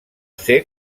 ser